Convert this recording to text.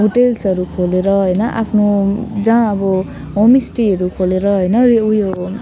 होटेल्सहरू खोलेर होइन आफ्नो जहाँ अब होमस्टेहरू खोलेर होइन उयो